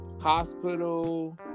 hospital